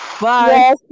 Bye